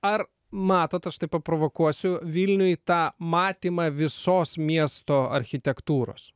ar matot aš taip paprovokuosiu vilniuj tą matymą visos miesto architektūros